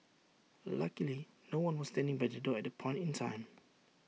luckily no one was standing by the door at that point in time